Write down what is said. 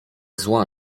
zła